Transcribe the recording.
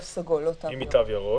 פסקה (20) תימחק, (11) במקום פסקה (21) יבוא: